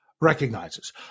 recognizes